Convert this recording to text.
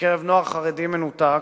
בקרב נוער חרדי מנותק,